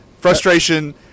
frustration